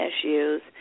issues